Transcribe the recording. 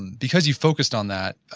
and because you focussed on that,